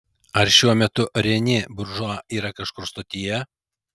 ar šiuo metu renė buržua yra kažkur stotyje